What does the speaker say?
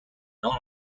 not